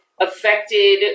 affected